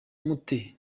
mute